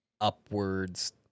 upwards